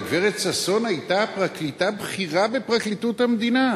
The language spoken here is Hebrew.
הגברת ששון היתה פרקליטה בכירה בפרקליטות המדינה.